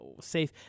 safe